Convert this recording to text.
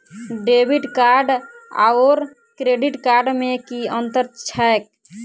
Debit card आओर credit card मे की अन्तर छैक?